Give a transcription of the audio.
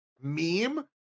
meme